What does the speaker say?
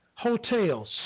Hotels